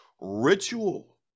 ritual